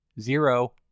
zero